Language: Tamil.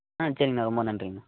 ஆ சரிங்கண்ணா ரொம்ப நன்றிங்கண்ணா